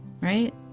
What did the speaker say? Right